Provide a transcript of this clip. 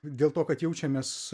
dėl to kad jaučiamės